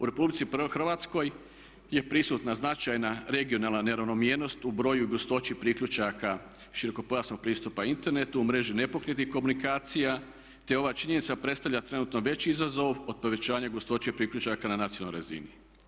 U RH je prisutna značajna regionalna neravnomjernost u broju i gustoći priključaka širokopojasnog pristupa internetu u mreži nepokretnih komunikacija te ova činjenica predstavlja trenutno veći izazov od povećanja gustoće priključaka na nacionalnoj razini.